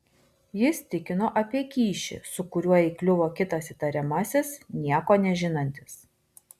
jis tikino apie kyšį su kuriuo įkliuvo kitas įtariamasis nieko nežinantis